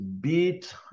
beat